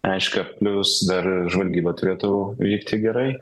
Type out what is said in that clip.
reiškia plius dar žvalgyba turėtų vykti gerai